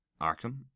arkham